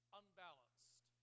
unbalanced